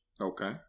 Okay